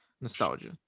nostalgia